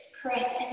Press